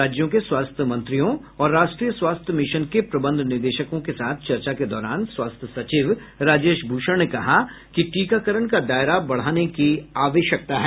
राज्यों के स्वास्थ्य मंत्रियों और राष्ट्रीय स्वास्थ्य मिशन के प्रबंध निदेशकों के साथ चर्चा के दौरान स्वास्थ्य सचिव राजेश भूषण ने कहा कि टीकाकरण का दायरा बढाने की आवश्यकता है